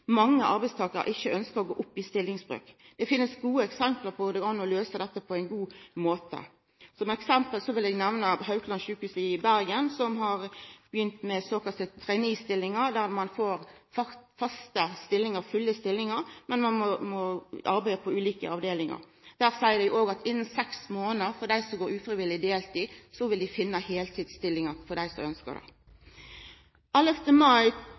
mange arbeidstakarar ikkje ynskjer å gå opp i stillingsbrøk. Det finst gode eksempel på at det går an å løysa dette på ein god måte. Som eksempel vil eg nemna Haukeland sykehus i Bergen som har begynt med såkalla trainee-stillingar, der ein får faste, fulle stillingar, men ein må arbeida på ulike avdelingar. Der seier dei óg at innan seks månader, for dei som går ufrivillig deltid, vil ein finna heiltidsstillingar for dei som ynskjer det. Den 11. mai